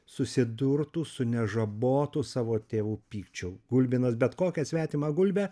susidurtų su nežabotu savo tėvų pykčiu gulbinas bet kokią svetimą gulbę